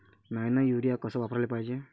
Nano urea कस वापराले पायजे?